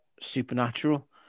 supernatural